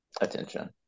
attention